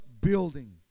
building